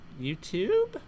YouTube